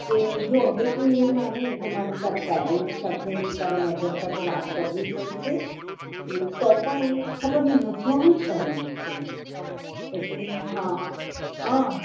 કે જો હવે તું નહીં માનેને તો મારે તારા પેરેન્ટ્સ સાથેને તારા મધર સાથે વાત કરવી પડશે ને તો પણ એ ખબર નહીં હસવામાં જ કાઢી નાખે એટલે હ હ હ